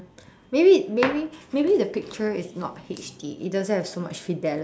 maybe maybe maybe the picture is not H_D it doesn't have so much fidelity